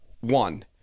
One